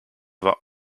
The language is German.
war